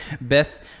Beth